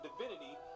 divinity